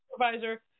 supervisor